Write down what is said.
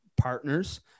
partner's